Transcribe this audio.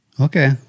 Okay